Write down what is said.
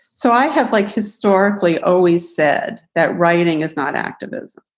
so i have, like, historically always said that writing is not activism.